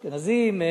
הם אשכנזים,